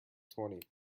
twenty